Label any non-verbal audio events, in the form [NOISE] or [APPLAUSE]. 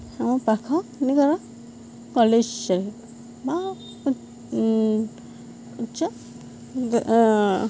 ଆମ ପାଖ [UNINTELLIGIBLE] କଲେଜ୍ରେ ବା ଉଚ୍ଚ